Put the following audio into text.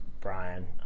Brian